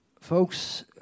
Folks